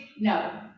no